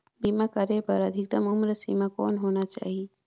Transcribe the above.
बीमा करे बर अधिकतम उम्र सीमा कौन होना चाही?